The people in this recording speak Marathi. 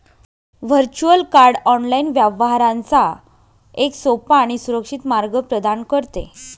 व्हर्च्युअल कार्ड ऑनलाइन व्यवहारांचा एक सोपा आणि सुरक्षित मार्ग प्रदान करते